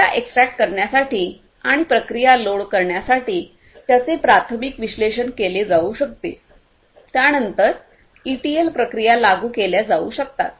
data extract करण्यासाठी आणि प्रक्रिया लोड करण्यासाठी त्यांचे प्राथमिक विश्लेषण केले जाऊ शकते त्यानंतर ईटील प्रक्रिया लागू केल्या जाऊ शकतात